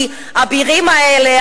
כי האבירים האלה,